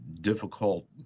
difficult